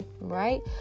right